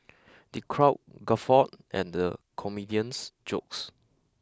the crowd guffawed and the comedian's jokes